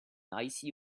icy